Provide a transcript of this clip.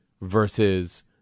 versus